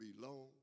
belong